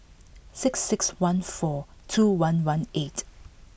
six six one four two one one eight